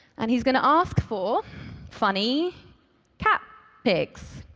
and he's going to ask for funny cat pics.